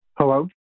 Hello